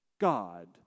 God